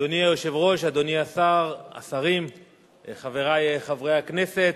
אדוני היושב-ראש, אדוני השר, חברי חברי הכנסת,